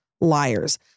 liars